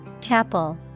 Chapel